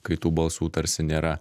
kai tų balsų tarsi nėra